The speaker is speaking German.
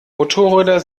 motorräder